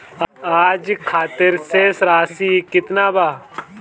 आज खातिर शेष राशि केतना बा?